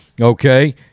Okay